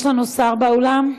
יש לנו שר באולם?